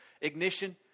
ignition